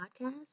Podcast